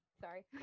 Sorry